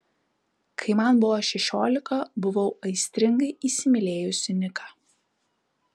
kai man buvo šešiolika buvau aistringai įsimylėjusi niką